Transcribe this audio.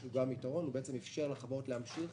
לו גם יתרון הוא בעצם איפשר לחברות להמשיך